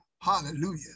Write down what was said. Hallelujah